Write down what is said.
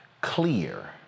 clear